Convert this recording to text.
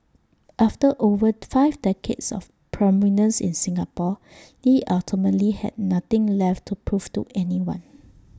after over five decades of prominence in Singapore lee ultimately had nothing left to prove to anyone